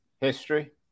history